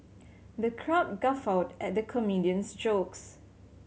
the crowd guffawed at the comedian's jokes